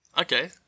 Okay